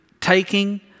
taking